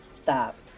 Stop